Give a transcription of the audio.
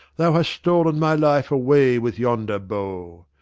thou hast stolen my life away with yonder bow